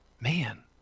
Man